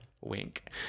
Wink